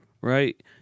right